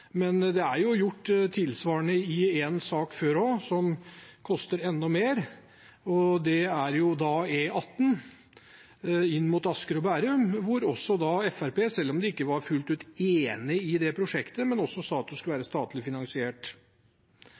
men det er jo gjort tilsvarende i en sak før også, som koster enda mer, og det er E18 inn mot Asker og Bærum, hvor også Fremskrittspartiet, selv om de ikke var fullt ut enig i det prosjektet, sa at det skulle være statlig finansiert.